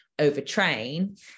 overtrain